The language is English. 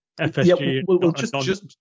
FSG